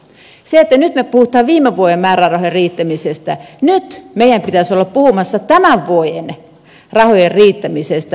sen sijaan että nyt me puhumme viime vuoden määrärahojen riittämisestä nyt meidän pitäisi olla puhumassa tämän vuoden rahojen riittämisestä